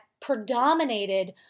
predominated